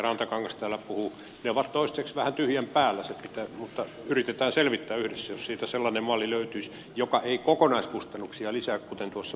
rantakangas täällä puhui ovat toistaiseksi vähän tyhjän päällä mutta yritetään selvittää yhdessä jos siitä sellainen malli löytyisi joka ei kokonaiskustannuksia lisää kuten tuossa puheenvuorossani jo sanoin